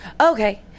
Okay